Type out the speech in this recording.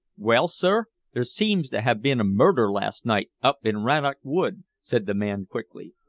well, sir, there seems to have been a murder last night up in rannoch wood, said the man quickly.